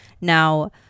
Now